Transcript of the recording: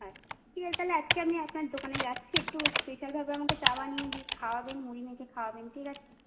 আচ্ছা ঠিক আছে তাহলে আজকে আমি আপনার দোকানে যাচ্ছি একটু স্পেশালভাবে আমাকে চা বানিয়ে দিয়ে খাওয়াবেন মুড়ি মেখে খাওয়াবেন ঠিক আছে